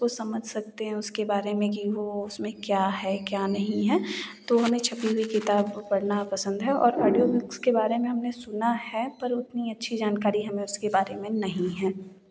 उसको समझ सकते हैं उसके बारे में कि वह उसमें क्या है क्या नहीं है तो हमें छपी हुई किताब को पढ़ना पसंद है और ऑडियो बुक्स के बारे में हमने सुना है पर उतनी अच्छी जानकारी हमें उसके बारे में नहीं हैं